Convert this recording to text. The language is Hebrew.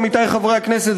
עמיתי חברי הכנסת,